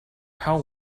how